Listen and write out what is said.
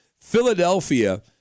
Philadelphia